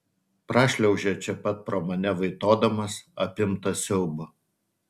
prašliaužia čia pat pro mane vaitodamas apimtas siaubo